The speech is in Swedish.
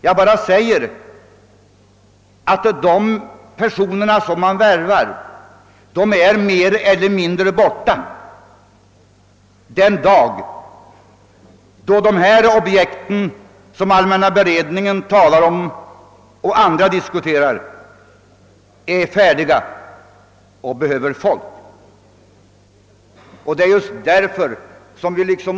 Jag påpekar bara att de personer som värvas mer eller mindre är borta ur bilden den dag när de objekt som nämns av allmänna beredningsutskottet och som även diskuteras på annat håll skall påbörjas och kräver folk för sitt genomförande.